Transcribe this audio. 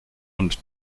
und